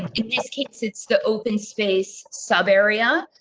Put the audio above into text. in this case, it's the open space sub area,